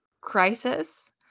crisis